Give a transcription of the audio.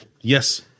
Yes